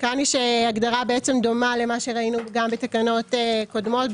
כאן יש הגדרה בעצם דומה למה שראינו גם בתקנות קודמות,